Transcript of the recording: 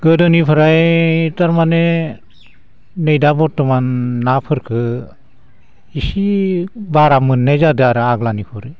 गोदोनिफ्राय थारमाने नै दा बर्थमान नाफोरखो एसे बारा मोननाय जादो आरो आग्लानि भरै